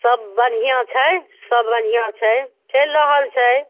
सब बढ़िआँ छै सब बढ़िआँ छै चलि रहल छै